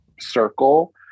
circle